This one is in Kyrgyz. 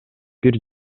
бир